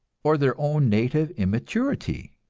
or their own native immaturity.